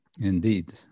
Indeed